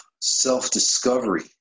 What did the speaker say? self-discovery